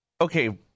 okay